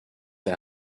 der